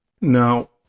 now